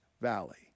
valley